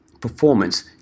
performance